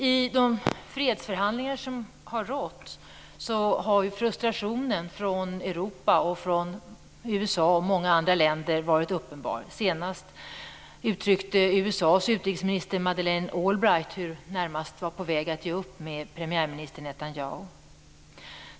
I de fredsförhandlingar som har pågått har frustrationen från Europa, USA och många andra länder varit uppenbar. Senast uttryckte USA:s utrikesminister Madeleine Albright hur hon närmast var på väg att ge upp med premiärminister Netanyahu.